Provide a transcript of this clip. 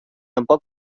tampoc